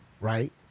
right